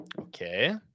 Okay